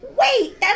wait